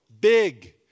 big